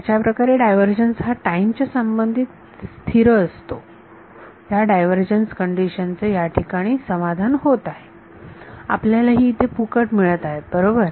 अशाप्रकारे डायव्हर्जन्स हा टाईम च्या संबंधात स्थिर राहतो ह्या डायव्हर्जन्स कंडिशन चे याठिकाणी समाधान होत आहे आपल्याला ही इथे फुकट मिळत आहेत बरोबर